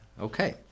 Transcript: Okay